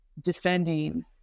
defending